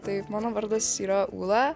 taip mano vardas yra ūla